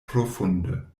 profunde